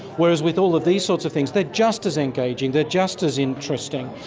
whereas with all of these sorts of things they are just as engaging, they are just as interesting.